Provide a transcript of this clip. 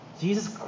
Jesus